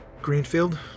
Greenfield